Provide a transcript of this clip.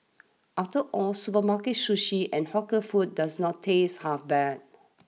after all supermarket sushi and hawker food does not taste half bad